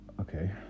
Okay